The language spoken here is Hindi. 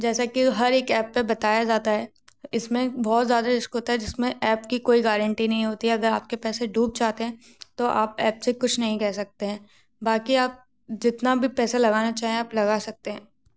जैसा कि हर एक ऐप पर बताया जाता है इसमें बहुत ज़्यादा रिस्क होता है जिसमे ऐप की कोई गारंटी नहीं होती है अगर आपके पैसे डूब जाते हैं तो आप ऐप से कुछ नहीं कह सकते है बाकी आप जितना भी पैसा लगाना चाहें आप लगा सकते हैं